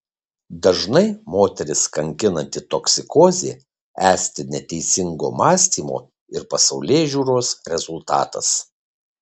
dažnai moteris kankinanti toksikozė esti neteisingo mąstymo ir pasaulėžiūros rezultatas